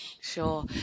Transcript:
Sure